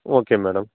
okay madam